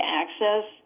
access